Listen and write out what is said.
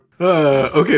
Okay